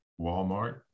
Walmart